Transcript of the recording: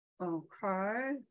Okay